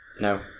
No